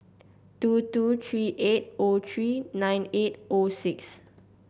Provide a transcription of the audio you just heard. two two three eight O three nine eight O six